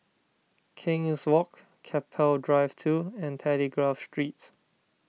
King's Walk Keppel Drive two and Telegraph Street